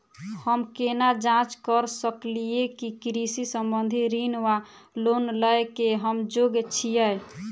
हम केना जाँच करऽ सकलिये की कृषि संबंधी ऋण वा लोन लय केँ हम योग्य छीयै?